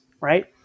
right